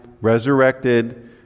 resurrected